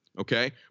Okay